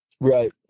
Right